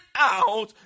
out